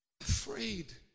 afraid